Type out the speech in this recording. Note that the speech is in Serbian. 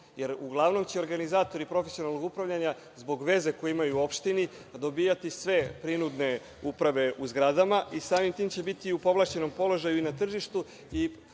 jer uglavnom će organizatori profesionalnog upravljanja, zbog veze koju imaju u opštini, dobijati sve prinudne uprave u zgradama i samim tim će biti u povlašćenom položaju i na tržištu,